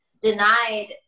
denied